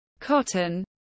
Cotton